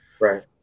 Right